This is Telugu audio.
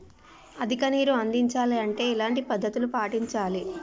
అధిక నీరు అందించాలి అంటే ఎలాంటి పద్ధతులు పాటించాలి?